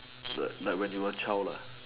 like like when you were a child lah